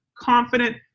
confident